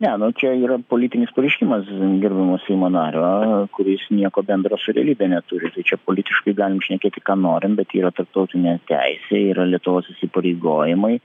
ne nu čia yra politinis pareiškimas gerbiamo seimo nario kuris nieko bendra su realybe neturi čia politiškai galim šnekėti ką norim bet yra tarptautinė teisė yra lietuvos įsipareigojimai